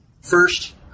first